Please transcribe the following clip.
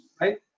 right